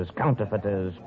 counterfeiters